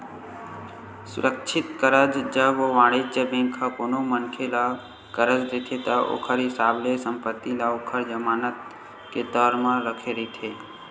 सुरक्छित करज, जब वाणिज्य बेंक ह कोनो मनखे ल करज देथे ता ओखर हिसाब ले संपत्ति ल ओखर जमानत के तौर म रखे रहिथे